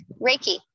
Reiki